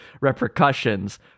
repercussions